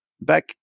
back